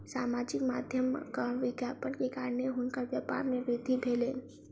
सामाजिक माध्यमक विज्ञापन के कारणेँ हुनकर व्यापार में वृद्धि भेलैन